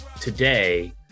today